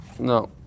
No